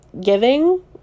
giving